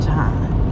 time